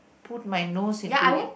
put my nose into it